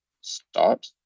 start